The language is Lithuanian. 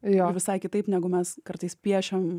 jo visai kitaip negu mes kartais piešiam